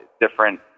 different